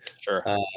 Sure